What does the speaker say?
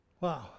Wow